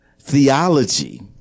theology